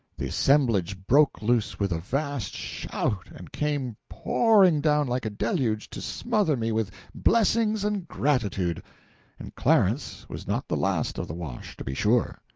the assemblage broke loose with a vast shout and came pouring down like a deluge to smother me with blessings and gratitude and clarence was not the last of the wash, to be sure.